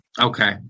Okay